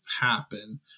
happen